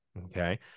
okay